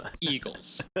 Eagles